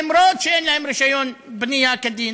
אפילו שאין להם רישיון בנייה כדין.